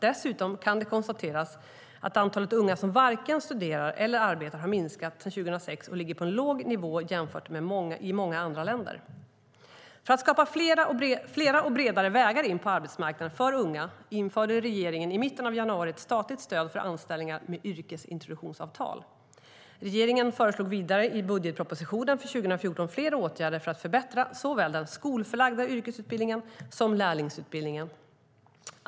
Dessutom kan det konstateras att antalet unga som varken studerar eller arbetar har minskat sedan 2006 och ligger på en låg nivå jämfört med i många andra länder. För att skapa fler och bredare vägar in på arbetsmarknaden för unga införde regeringen i mitten av januari ett statligt stöd för anställningar med yrkesintroduktionsavtal. Regeringen föreslog vidare i budgetpropositionen för 2014 fler åtgärder för att förbättra såväl den skolförlagda yrkesutbildningen som lärlingsutbildningen.